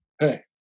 Hey